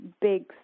big